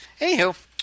anywho –